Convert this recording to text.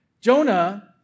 Jonah